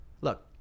Look